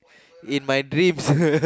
in my dreams